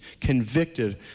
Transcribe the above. convicted